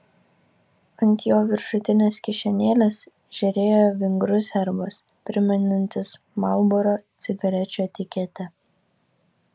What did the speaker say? ant jo viršutinės kišenėlės žėrėjo vingrus herbas primenantis marlboro cigarečių etiketę